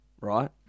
right